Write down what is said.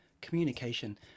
communication